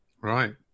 Right